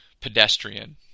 pedestrian